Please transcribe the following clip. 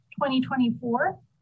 2024